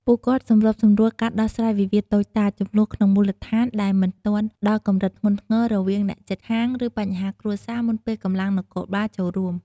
ពួកគាត់សម្របសម្រួលការដោះស្រាយវិវាទតូចតាច ជម្លោះក្នុងមូលដ្ឋានដែលមិនទាន់ដល់កម្រិតធ្ងន់ធ្ងរ រវាងអ្នកជិតខាង ឬបញ្ហាគ្រួសារ មុនពេលកម្លាំងនគរបាលចូលរួម។